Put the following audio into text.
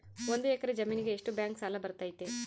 ಒಂದು ಎಕರೆ ಜಮೇನಿಗೆ ಎಷ್ಟು ಬ್ಯಾಂಕ್ ಸಾಲ ಬರ್ತೈತೆ?